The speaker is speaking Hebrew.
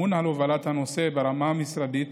הוא הממונה על הובלת הנושא ברמה המשרדית